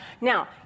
Now